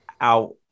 out